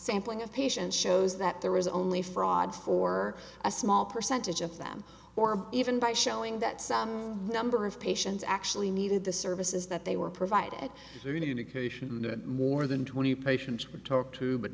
sampling of patients shows that there was only fraud for a small percentage of them or even by showing that some number of patients actually needed the services that they were provided with any indication that more than twenty patients would talk to but